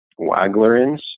Waglerins